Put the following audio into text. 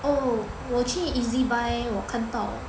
oh 我去 Ezbuy 我看到